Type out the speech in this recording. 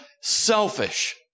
selfish